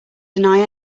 deny